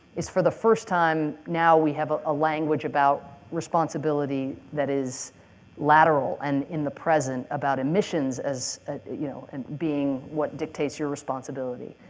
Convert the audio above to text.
is for the first time now we have a ah language about responsibility that is lateral and in the present about emissions as ah you know and being what dictates your responsibility.